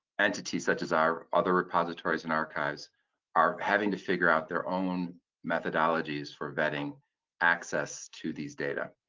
entity such as our other repositories and archives are having to figure out their own methodologies for vetting access to these data.